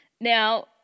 Now